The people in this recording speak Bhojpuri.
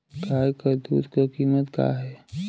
गाय क दूध क कीमत का हैं?